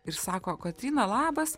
ir sako kotryna labas